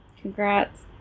Congrats